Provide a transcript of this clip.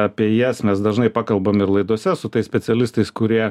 apie jas mes dažnai pakalbam ir laidose su tais specialistais kurie